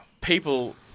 people